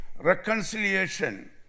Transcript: reconciliation